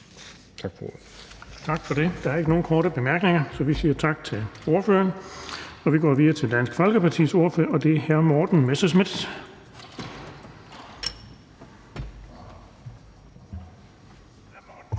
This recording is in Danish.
Tak for det. Der er ikke nogen korte bemærkninger, så vi siger tak til ordføreren. Og vi går videre til Dansk Folkepartis ordfører, som er hr. Morten Messerschmidt.